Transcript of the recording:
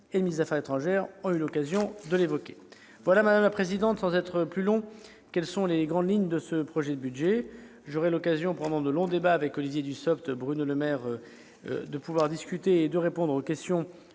et le ministre des affaires étrangères ont eu l'occasion de l'évoquer. Voilà, madame la présidente, sans être plus long, quelles sont les grandes lignes de ce projet de budget. J'aurai l'occasion, pendant de longs débats, assisté d'Olivier Dussopt et Bruno Le Maire, de pouvoir répondre aux questions